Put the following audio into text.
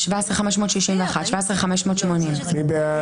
17,201 עד 17,220. מי בעד?